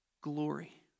glory